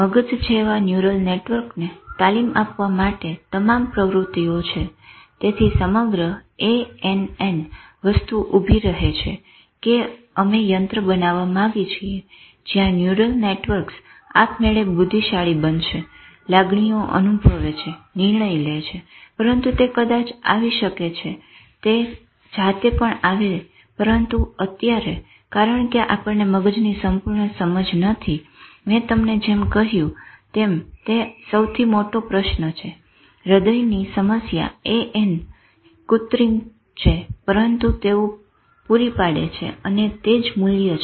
મગજ જેવા ન્યુરલ નેટર્વકને તાલીમ આપવા માટે તમામ પ્રવૃતિઓ છે તેથી સમગ્ર ANN વસ્તુ ઉભી રહે છે કે આપણે યંત્ર બનાવવા માંગી છીએ જ્યાં ન્યુરલ નેટર્વકસ આપમેળે વધુ બુદ્ધિશાળી બનશે લાગણીઓ અનુભવે છે નિર્ણય લે છે પરંતુ તે કદાચ આવી શકે છે તે જાતે પણ આવે પરંતુ અત્યારે કારણ કે આપણને મગજની સંપૂર્ણ સમજ નથી મેં તમને જેમ કહ્યું તેમ તે સૌથી મોટો પ્રશ્ન છે હૃદયની સમસ્યા ANN કુત્રિમ છે પરંતુ તેઓએ પૂરી પાડી છે અને તે જ મુલ્ય છે